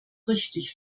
richtig